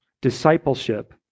discipleship